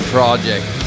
Project